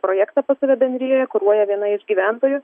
projektą pas save bendrijoje kuruoja viena iš gyventojų